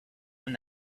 and